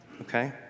okay